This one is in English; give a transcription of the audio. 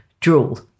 drool